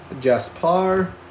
Jasper